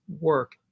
work